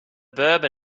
berber